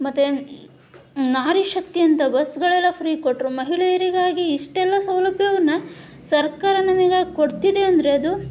ಮತ್ತೆ ನಾರಿಶಕ್ತಿ ಅಂತ ಬಸ್ಗಳೆಲ್ಲ ಫ್ರೀ ಕೊಟ್ಟರು ಮಹಿಳೆಯರಿಗಾಗಿ ಇಷ್ಟೆಲ್ಲಾ ಸೌಲಭ್ಯವನ್ನು ಸರ್ಕಾರ ನಮಗಾಗಿ ಕೊಡ್ತಿದೆ ಅಂದರೆ ಅದು